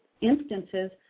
instances